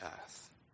earth